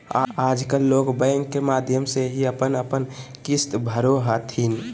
आजकल लोग बैंक के माध्यम से ही अपन अपन किश्त भरो हथिन